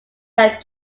that